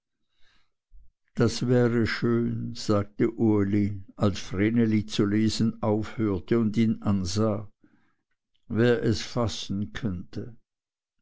das wäre schön sagte uli als vreneli zu lesen aufhörte und ihn ansah wer es fassen könnte